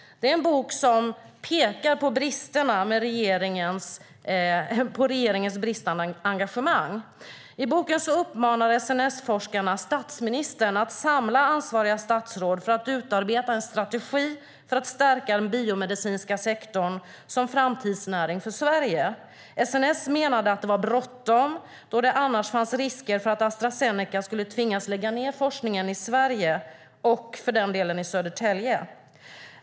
Det är en bok som pekar på regeringens bristande engagemang. I boken uppmanar SNS-forskarna statsministern att samla ansvariga statsråd för att utarbeta en strategi för att stärka den biomedicinska sektorn som framtidsnäring för Sverige. SNS menade att det var bråttom eftersom det annars fanns risk för att Astra Zeneca skulle tvingas lägga ned forskningen i Sverige och, för den delen, i Södertälje.